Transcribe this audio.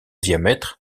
diamètre